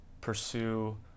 pursue